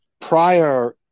prior